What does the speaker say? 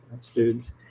students